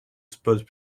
spots